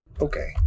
Okay